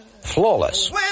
Flawless